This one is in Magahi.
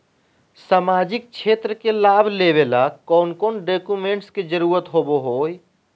सामाजिक क्षेत्र के लाभ लेबे ला कौन कौन डाक्यूमेंट्स के जरुरत होबो होई?